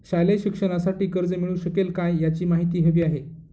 शालेय शिक्षणासाठी कर्ज मिळू शकेल काय? याची माहिती हवी आहे